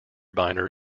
binder